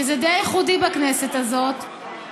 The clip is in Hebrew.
שזה די ייחודי בכנסת הזאת,